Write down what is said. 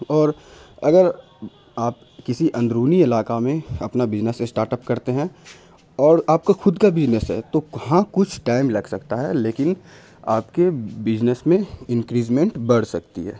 اور اگر آپ کسی اندرونی علاقہ میں اپنا بزنس اسٹارٹ اپ کرتے ہیں اور آپ کا خود کا بزنس ہے تو ہاں کچھ ٹائم لگ سکتا ہے لیکن آپ کے بزنس میں انکریزمنٹ بڑھ سکتی ہے